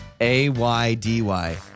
A-Y-D-Y